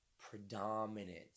Predominant